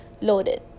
loaded